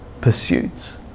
pursuits